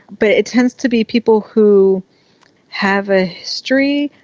but it tends to be people who have a history,